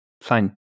fine